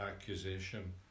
accusation